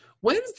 When's